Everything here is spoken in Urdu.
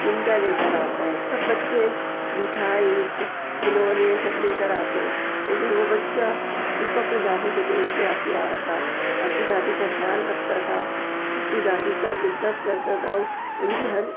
چمٹا لے کر آتا ہے سب بچے مٹھائی کھلونے یہ سب لے کر آتے ہیں لیکن وہ بچہ جس کو اپنی دادی سے بےانتہا پیار تھا اپنی دادی کا خیال رکھتا تھا اپنی دادی کا عزت کرتا تھا ان کی ہر